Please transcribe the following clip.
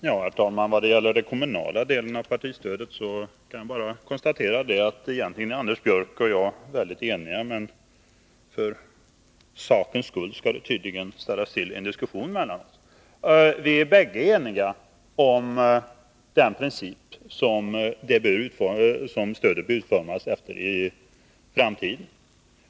Herr talman! I vad gäller den kommunala delen av partistödet kan jag konstatera att Anders Björck och jag egentligen är överens. Men för sakens skull skall det tydligen ställas till en diskussion. Vi är eniga om den princip som stödet skall utformas efter i framtiden.